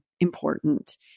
important